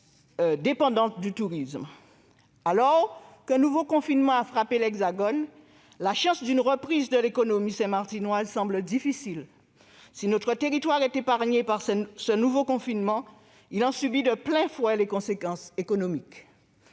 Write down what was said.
Alors qu'un nouveau confinement a frappé l'Hexagone, les chances d'une reprise de l'économie saint-martinoise semblent minces. Si notre territoire est épargné par ce nouveau confinement, il en subit de plein fouet les conséquences économiques.